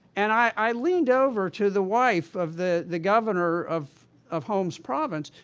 and i leaned over to the wife of the the governor of of homs province,